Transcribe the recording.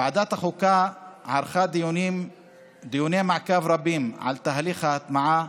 ועדת החוקה ערכה דיוני מעקב רבים על תהליך ההטמעה,